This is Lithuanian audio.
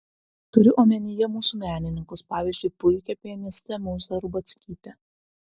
turiu omenyje mūsų menininkus pavyzdžiui puikią pianistę mūzą rubackytę